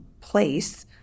place